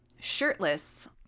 shirtless